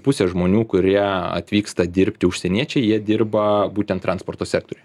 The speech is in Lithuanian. pusė žmonių kurie atvyksta dirbti užsieniečiai jie dirba būtent transporto sektoriuje